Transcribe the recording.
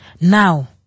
Now